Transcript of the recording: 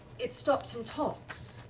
it stops and talks,